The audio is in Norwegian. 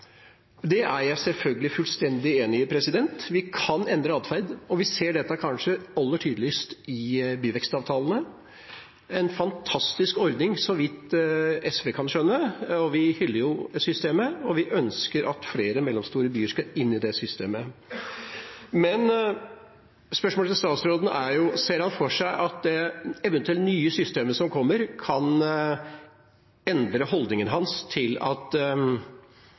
Det er jeg selvfølgelig fullstendig enig i. Vi kan endre atferd, og vi ser dette kanskje aller tydeligst i byvekstavtalene – en fantastisk ordning, så vidt SV kan skjønne; vi hyller jo systemet, og vi ønsker at flere mellomstore byer skal inn i det systemet. Men spørsmålet til statsråden er: Ser han for seg at det eventuelle nye systemet som kommer, kan endre holdningen hans til at